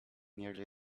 nearly